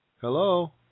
Hello